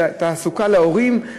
של תעסוקת הורים,